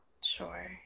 Sure